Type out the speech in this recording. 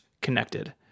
connected